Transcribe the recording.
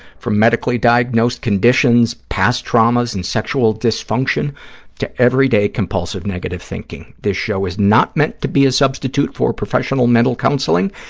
from medically diagnosed conditions, past traumas and sexual dysfunction to everyday compulsive negative thinking. this show is not meant to be a substitute for professional mental counseling.